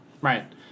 Right